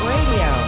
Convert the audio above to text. Radio